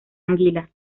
anguila